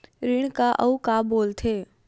ऋण का अउ का बोल थे?